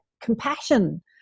compassion